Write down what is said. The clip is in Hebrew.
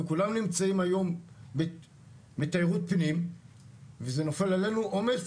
וכולם נמצאים היום בתיירות פנים ונופל עלינו עומס,